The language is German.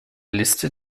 liste